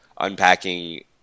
unpacking